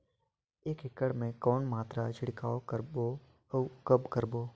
एक एकड़ मे के कौन मात्रा छिड़काव करबो अउ कब करबो?